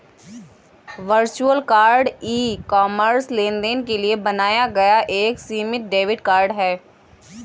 virtual card e commerce लेनदेन के लिए बनाया गया एक सीमित डेबिट कार्ड है